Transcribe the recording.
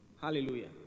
Hallelujah